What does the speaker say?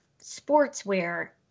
Sportswear